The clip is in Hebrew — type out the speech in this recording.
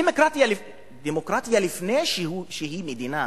דמוקרטיה, לפני שהיא מדינה,